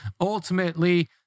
ultimately